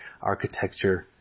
architecture